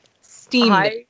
steam